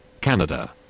Canada